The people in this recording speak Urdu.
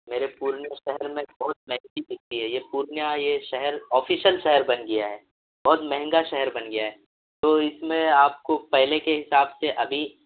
میرے پورنیہ شہر میں بہت مہنگی بکتی ہے یہ پورنیہ یہ شہر آفیشل شہر بن گیا ہے بہت مہنگا شہر بن گیا ہے تو اس میں آپ کو پہلے کے حساب سے ابھی